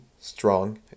strong